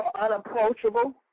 unapproachable